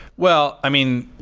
well, i mean,